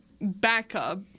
backup